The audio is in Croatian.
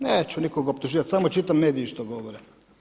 Neću nikoga optuživati, samo čitam mediji što govore.